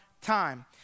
time